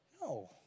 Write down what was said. No